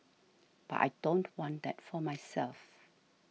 but I don't want that for myself